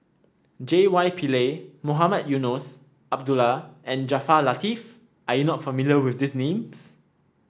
J Y Pillay Mohamed Eunos Abdullah and Jaafar Latiff are you not familiar with these names